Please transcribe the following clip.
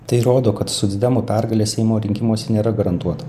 tai rodo kad socdemų pergalė seimo rinkimuose nėra garantuota